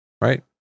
right